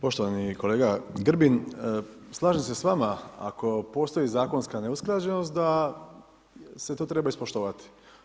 Poštovani kolega Grbin, slažem se s vama ako postoji zakonska neusklađenost, da se to treba ispoštovati.